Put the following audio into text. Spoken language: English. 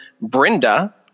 Brenda